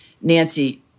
Nancy